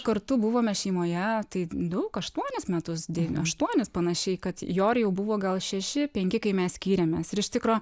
kartu buvome šeimoje tai daug aštuonis metus dev aštuonis panašiai kad joriui jau buvo gal šeši penki kai mes skyrėmės ir iš tikro